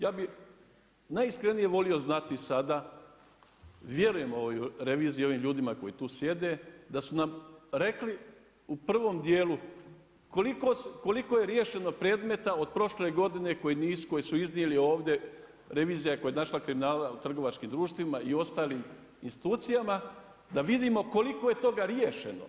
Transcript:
Ja bih najiskrenije volio znati sada, vjerujem reviziji, ovim ljudima koji tu sjede da su nam rekli u prvom dijelu koliko je riješeno predmeta od prošle godine koji nisu, koje su iznijeli ovdje, revizija koja je našla kriminal u trgovačkim društvima i ostalim institucijama, da vidimo koliko je toga riješeno.